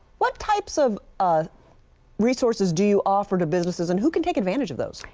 what types of of resources do you offer to businesses, and who can take advantage of those?